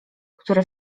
który